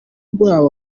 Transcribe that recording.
rwabo